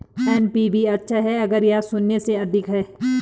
NPV अच्छा है अगर यह शून्य से अधिक है